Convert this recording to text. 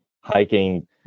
hiking